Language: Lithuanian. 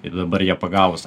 ir dabar ją pagavus